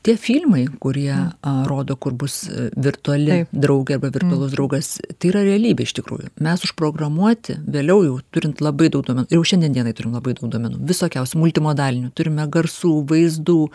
tie filmai kurie rodo kur bus virtuali draugė arba virtualus draugas tai yra realybė iš tikrųjų mes užprogramuoti vėliau jau turint labai daug duomenų ir jau šiandien dienai turim labai daug duomenų visokiausių multimodalinių turime garsų vaizdų